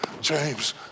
James